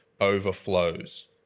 overflows